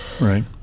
Right